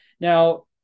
now